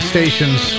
Stations